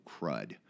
crud